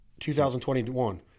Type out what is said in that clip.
2021